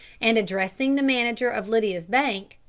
and addressing the manager of lydia's bank,